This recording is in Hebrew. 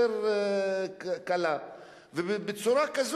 ובוקר אחד,